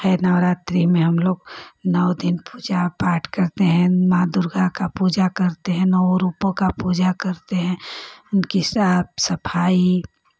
है नौरात्रि में हम लोग नौ दिन पूजा पाठ करते हैं माँ दुर्गा का पूजा करते हैं नवों रूपों का पूजा करते हैं उनकी साफ़ सफ़ाई